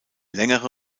längere